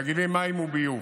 תאגידי מים וביוב.